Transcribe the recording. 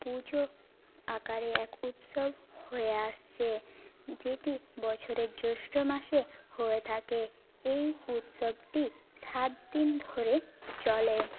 পুজো আকারে এক উৎসব হয়ে আসছে যেটি বছরের জ্যৈষ্ঠ মাসে হয়ে থাকে এই উৎসবটি সাত দিন ধরে চলে